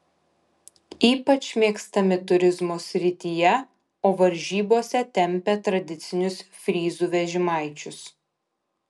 ypač mėgstami turizmo srityje o varžybose tempia tradicinius fryzų vežimaičius